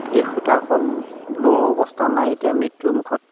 সেই সূতাকলৰো অৱস্থা নাই এতিয়া মৃত্যুমুখত